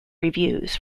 reviews